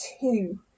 two